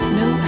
no